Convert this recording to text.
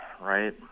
right